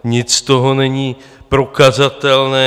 Nic z toho není prokazatelné.